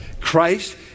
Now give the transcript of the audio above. Christ